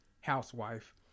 housewife